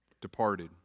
departed